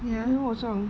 then 我想